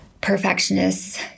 perfectionists